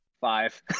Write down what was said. Five